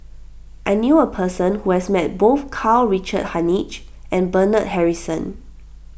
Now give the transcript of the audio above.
I knew a person who has met both Karl Richard Hanitsch and Bernard Harrison